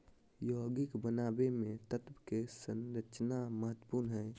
यौगिक बनावे मे तत्व के संरचना महत्वपूर्ण हय